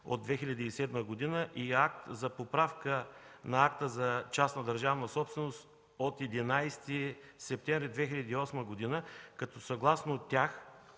от 2007 г. и акт за поправка на акта за частна държавна собственост от 11 септември 2008 г., като съгласно тях